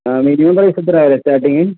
ആ minimum price എത്രയാണ് വരിക സ്റ്റാർട്ടിംഗ്